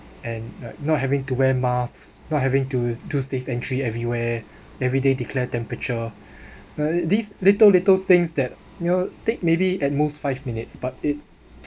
and like not having to wear masks not having to do safe entry everywhere everyday declared temperature you know these little little things that you know take maybe at most five minutes but it's